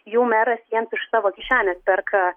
jau meras jiems iš savo kišenės perka